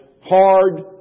hard